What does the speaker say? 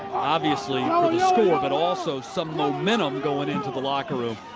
obviously with the score but also some momentum going into the locker room,